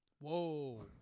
Whoa